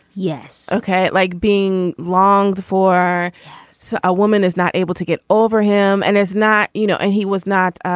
yes. ok. like being long for so a woman is not able to get over him and it's not you know. and he was not